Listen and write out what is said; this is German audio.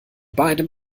beidem